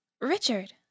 Richard